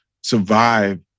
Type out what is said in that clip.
survive